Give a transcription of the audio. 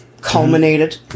culminated